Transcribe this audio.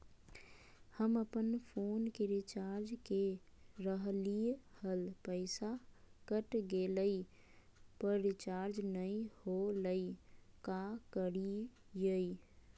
हम अपन फोन के रिचार्ज के रहलिय हल, पैसा कट गेलई, पर रिचार्ज नई होलई, का करियई?